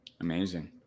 Amazing